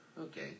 Okay